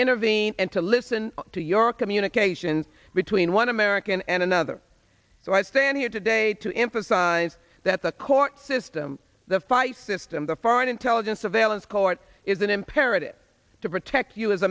intervene and to listen to your communications between one american and another so i stand here today to emphasize that the court system the fight system the foreign intelligence surveillance court is an imperative to protect you as